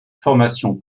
formation